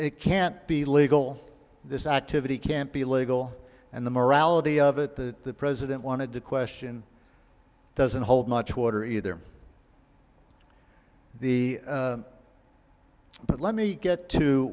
it can't be legal this activity can't be legal and the morality of it that the president wanted to question doesn't hold much water either the but let me get to